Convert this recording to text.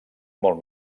molt